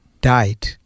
died